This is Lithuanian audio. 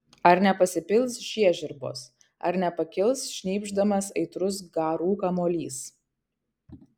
ar nepasipils žiežirbos ar nepakils šnypšdamas aitrus garų kamuolys